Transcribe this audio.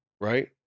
Right